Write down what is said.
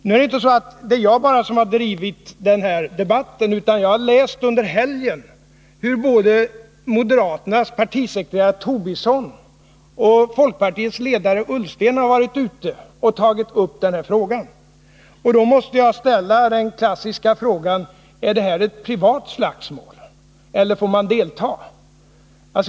Nu är det inte så att det är bara jag som drivit den här debatten, utan jag har under helgen läst att både moderaternas partisekreterare Lars Tobisson och folkpartiets ledare Ola Ullsten varit ute och tagit upp saken. Då måste jag ställa den klassiska frågan: Är det här ett privat slagsmål eller får man delta?